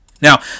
Now